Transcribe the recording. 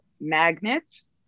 magnets